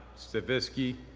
stavisky,